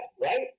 right